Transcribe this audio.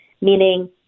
meaning